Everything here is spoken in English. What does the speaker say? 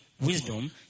Wisdom